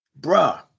Bruh